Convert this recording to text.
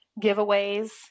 giveaways